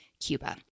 Cuba